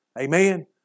Amen